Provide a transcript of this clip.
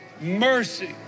mercy